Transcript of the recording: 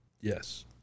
Yes